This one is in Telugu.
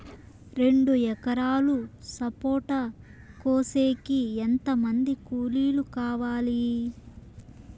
రెండు ఎకరాలు సపోట కోసేకి ఎంత మంది కూలీలు కావాలి?